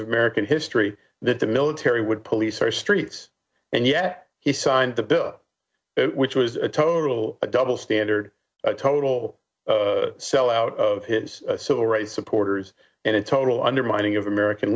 of american history that the military would police our streets and yet he signed the bill which was a total a double standard total sell out of civil rights supporters and in total undermining of american